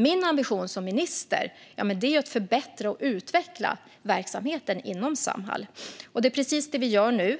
Min ambition som minister är att förbättra och utveckla verksamheten inom Samhall. Det är precis det som vi gör nu